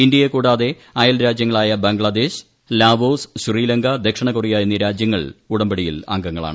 ഇന്ത്യയെ കൂടാതെ അയൽരാജൃങ്ങളായ ബംഗ്ലാദേശ് ലാവോസ് ശ്രീലങ്ക ദക്ഷിണകൊറിയ എന്നീ രാജൃങ്ങൾ ഇടമ്പടിയിൽ അംഗങ്ങളാണ്